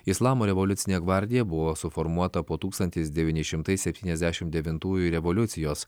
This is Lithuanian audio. islamo revoliucinė gvardija buvo suformuota po tūkstantis devyni šimtai septyniasdešimt devintųjų revoliucijos